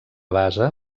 base